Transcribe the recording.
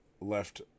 left